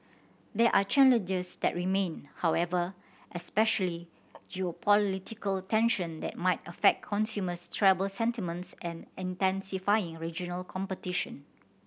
there are challenges that remain however especially geopolitical tension that might affect consumer travel sentiments and intensifying regional competition